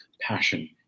passion